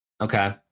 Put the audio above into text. Okay